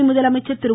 துணைமுதலமைச்சர் திரு